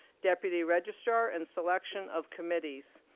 deputy registrar and selection of committees.